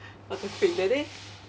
what the freak that day